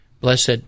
blessed